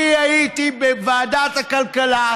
אני הייתי בוועדת הכלכלה,